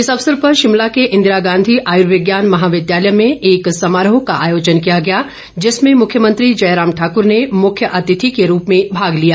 इस अवसर पर शिमला के इंदिरा गांधी आयुर्विज्ञान महाविद्यालय में एक समारोह का आयोजन किया गया जिसमें मुख्यमंत्री जयराम ठाकूर ने मुख्य अतिथि के रूप में भाग लिया